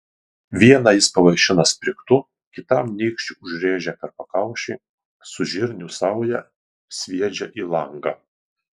vieną jis pavaišina sprigtu kitam nykščiu užrėžia per pakaušį su žirnių sauja sviedžia į langą